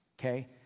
okay